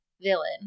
villain